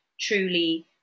truly